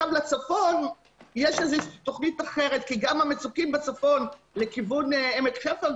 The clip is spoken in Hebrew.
לצפון יש תוכנית אחרת כי גם המצוקים בצפון לכיוון עמק חפר,